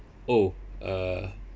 oh uh